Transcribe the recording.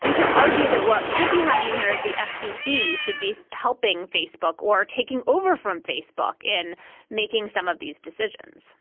you can argue that what should be happening here is the fcc should be helping facebook or taking over from facebook in making some of these decisions